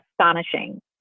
astonishing